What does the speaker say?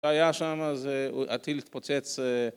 אתה היה שם אז עתיל תפוצץ